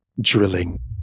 drilling